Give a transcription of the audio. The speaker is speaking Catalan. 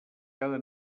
cada